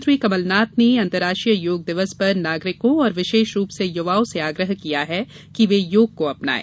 मुख्यमंत्री कमलनाथ ने अंतर्राष्ट्रीय योग दिवस पर नागरिकों और विशेष रूप से युवाओं से आग्रह किया है कि वे योग को अपनाएं